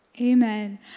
Amen